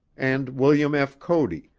and william f. cody,